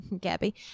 gabby